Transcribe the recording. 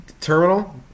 terminal